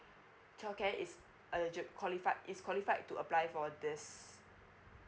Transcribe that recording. childcare is a eligi~ qualified is qualified to apply for this